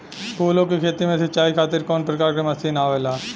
फूलो के खेती में सीचाई खातीर कवन प्रकार के मशीन आवेला?